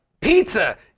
Pizza